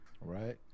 Right